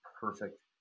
perfect